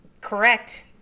correct